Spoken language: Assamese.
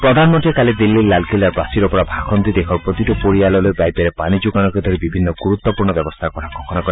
প্ৰধানমন্ত্ৰীয়ে লগতে দিল্লীৰ লালকিল্লাৰ প্ৰাচীৰৰ পৰা ভাষণ দি দেশৰ প্ৰতিটো পৰিয়াললৈ পাইপেৰে পানী যোগানকে ধৰি বিভিন্ন গুৰুত্বপূৰ্ণ ব্যৱস্থাৰ কথা ঘোষণা কৰে